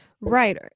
Right